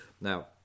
Now